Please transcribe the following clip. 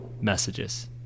messages